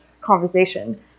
conversation